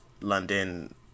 London